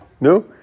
No